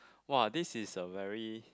!wah! this is a very